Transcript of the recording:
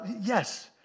Yes